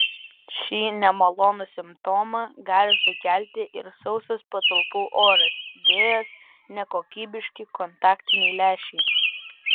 šį nemalonų simptomą gali sukelti ir sausas patalpų oras vėjas nekokybiški kontaktiniai lęšiai